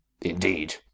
Indeed